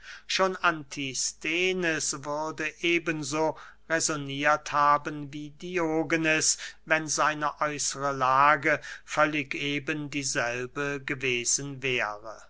schon antisthenes würde eben so räsonniert haben wie diogenes wenn seine äußere lage völlig eben dieselbe gewesen wäre